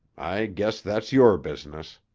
i guess that's your business.